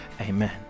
amen